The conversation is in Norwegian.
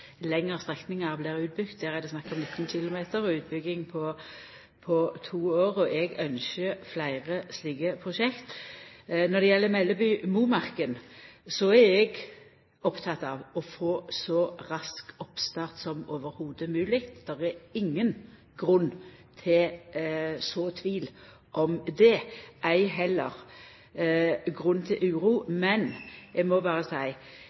blir utbygde. Der er det snakk om 19 km, med ei utbygging på to år. Eg ynskjer fleire slike prosjekt. Når det gjeld Melleby–Momarken, er eg oppteken av å få så rask oppstart som mogleg. Det er ingen grunn til å så tvil om det, heller ikkje er det grunn til uro. Eg må berre